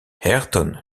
ayrton